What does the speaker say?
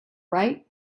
right